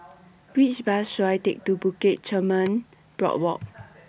Which Bus should I Take to Bukit Chermin Boardwalk